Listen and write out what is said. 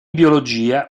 biologia